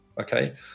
okay